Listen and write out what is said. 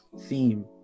theme